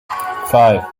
five